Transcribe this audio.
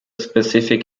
specific